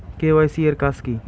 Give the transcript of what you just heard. KYC এর কাজ কি?